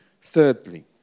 Thirdly